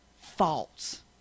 false